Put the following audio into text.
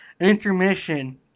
intermission